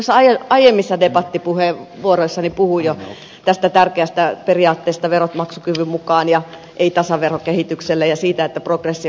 noissa aiemmissa debattipuheenvuoroissani puhuin jo tästä tärkeästä periaatteesta verot maksukyvyn mukaan ja ei tasaverokehitykselle ja siitä että progressio lisääntyy